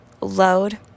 load